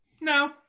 no